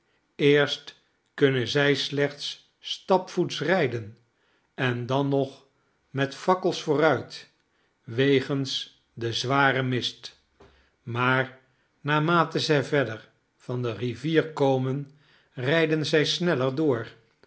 eerst kunnen zij slechts stapvoets rijden en dan nog met fakkels vooruit wegens den zwaren mist maar naarmate zij verder van de rivier komen rijden zij sneller door